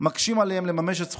מקשים עליהם לממש את זכויותיהם,